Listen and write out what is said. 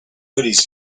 hoodies